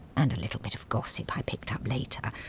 and a little bit of gossip i picked up later.